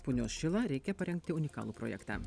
punios šilą reikia parengti unikalų projektą